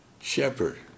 shepherd